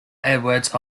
edwards